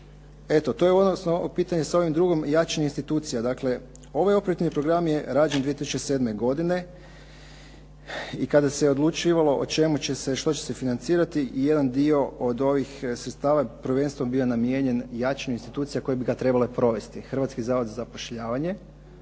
Eto to je u odnosu na ovo pitanje sa ovim drugim jačanje institucija. Dakle, ovaj operativni program je rađen 2007. godine i kada se odlučivalo o čemu će se, što će se financirati jedan dio od ovih sredstava je prvenstveno bio namijenjen jačanju institucija koje bi ga trebale provesti Hrvatski zavod za zapošljavanje,